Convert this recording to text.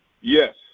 Yes